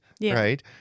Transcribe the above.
Right